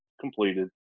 completed